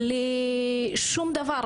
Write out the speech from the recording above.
בלי שום דבר,